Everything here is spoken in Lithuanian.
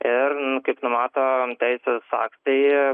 ir kaip numato teisės aktai